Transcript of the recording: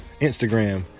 Instagram